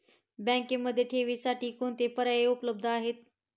बँकेमध्ये ठेवींसाठी कोणते पर्याय उपलब्ध आहेत?